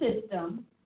system